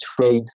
trade